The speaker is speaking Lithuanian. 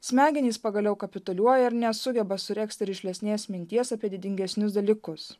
smegenys pagaliau kapituliuoja ir nesugeba suregzti rišlesnės minties apie didingesnius dalykus